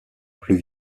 plus